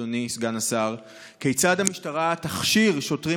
אדוני סגן השר: כיצד המשטרה תכשיר שוטרים